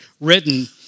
written